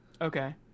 Okay